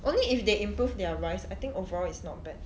only if they improve their rice I think overall is not bad